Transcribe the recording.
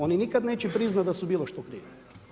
Oni nikad neće priznati da su bilo što prije.